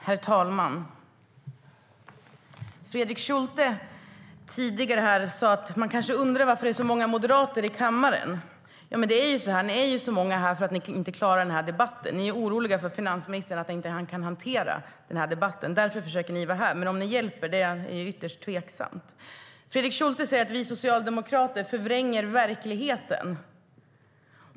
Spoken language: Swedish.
Herr talman! Fredrik Schulte sade tidigare att någon kanske undrar varför det är så många moderater i kammaren. Jag tror att ni är så många för att ni är oroliga för att finansministern inte kan hantera debatten. Om det hjälper är dock ytterst tveksamt. Fredrik Schulte sade att vi socialdemokrater förvränger verkligheten.